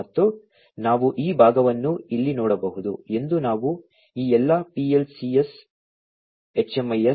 ಮತ್ತು ನಾವು ಈ ಭಾಗವನ್ನು ಇಲ್ಲಿ ನೋಡಬಹುದು ಎಂದು ನಾವು ಈ ಎಲ್ಲಾ PLCS HMIS SCADA ಅನ್ನು ಹೊಂದಿದ್ದೇವೆ